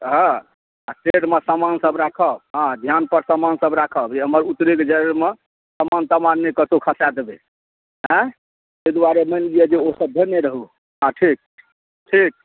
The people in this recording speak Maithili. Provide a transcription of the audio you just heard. हँ आ शेडमे समान सब राखब हँ ध्यान पर समान सब राखब जे हमर उतरैक जाए बेरमे समान तमान नहि कतउ खसाए देबै आएँ ताहि दुआरे माइन लिअ जे ओ सब धेने रहू हँ ठीक ठीक छै